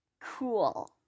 Cool